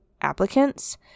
applicants